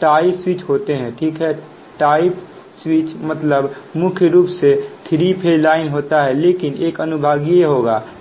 tie switch होते हैं ठीक है टाई स्विच मतलब मुख्य रूप से थ्री फेज लाइन होता है लेकिन एक अनुभागीय होगा ठीक है